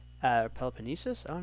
Peloponnesus